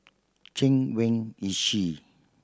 Chen Wen Hsi